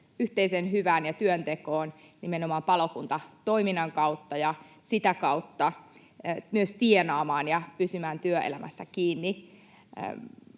yhteiseen hyvään ja työntekoon nimenomaan palokuntatoiminnan kautta ja sitä kautta myös tienaamaan ja pysymään työelämässä kiinni.